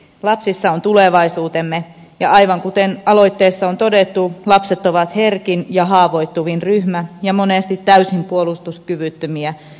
lapsissa on tulevaisuutemme ja aivan kuten aloitteessa on todettu lapset ovat herkin ja haavoittuvin ryhmä ja monesti täysin puolustuskyvyttömiä verrattaessa aikuiseen